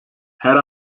her